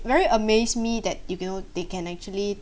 very amazed me that you know they can actually